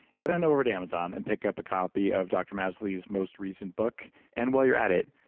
head on over to amazon and pick up a copy of dr. masley's most recent book and while you're at it,